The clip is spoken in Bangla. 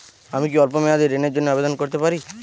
আমি কি স্বল্প মেয়াদি ঋণের জন্যে আবেদন করতে পারি?